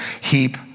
heap